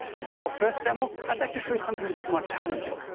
but for our first demo, i'd like to show you something a bit more challenging.